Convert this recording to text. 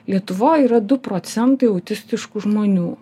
lietuvoj yra du procentai autistiškų žmonių